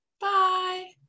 Bye